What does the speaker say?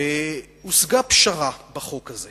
והושגה פשרה בחוק הזה,